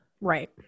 Right